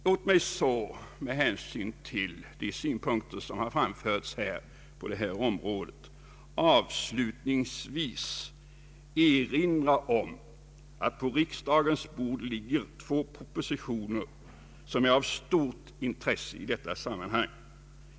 Låt mig så med hänsyn till de synpunkter, som har framförts på detta område, avslutningsvis erinra om att på riksdagens bord ligger två propositioner som är av stort intresse i detta sammanhang.